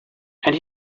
and